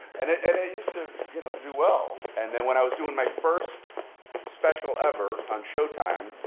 and it and used to you know do well. and then, when i was doing my first special ever on showtime,